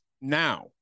now